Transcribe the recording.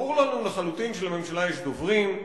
ברור לנו לחלוטין שלממשלה יש דוברים,